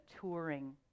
touring